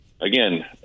again